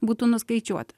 būtų nuskaičiuota